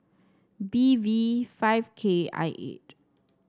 B V five K I eight